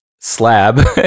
slab